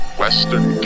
western